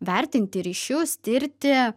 vertinti ryšius tirti